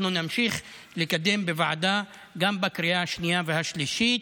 אנחנו נמשיך לקדם את החוק בוועדה גם לקריאה השנייה והשלישית.